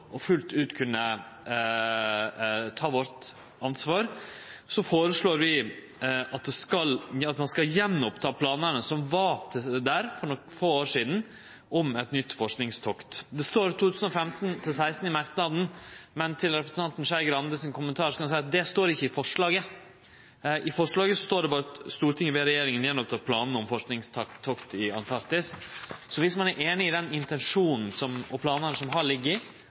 for fullt ut å kunne ta vårt ansvar, foreslår vi at ein skal ta opp att planane som var der for nokre få år sidan, om eit nytt forskingstokt. Det står 2015/2016 i merknaden, men til representanten Skei Grandes kommentar kan eg seie at det ikkje står i forslaget. I forslaget står det berre at «Stortinget ber regjeringen gjenoppta planene om forskningstokt i Antarktis». Så dersom ein er einig i den intensjonen, i dei planane som har vore, og det behovet som vert peika på i